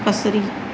बसरी